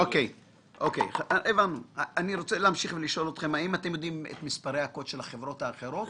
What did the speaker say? האם אתם יודעים את מספרי הקוד של החברות האחרות?